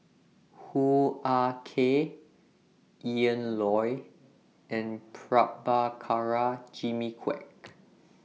Hoo Ah Kay Ian Loy and Prabhakara Jimmy Quek